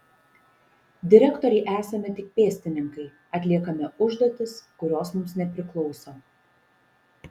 direktorei esame tik pėstininkai atliekame užduotis kurios mums nepriklauso